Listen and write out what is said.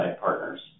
partners